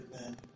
amen